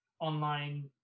online